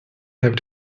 have